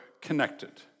connected